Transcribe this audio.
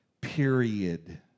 period